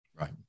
Right